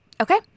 Okay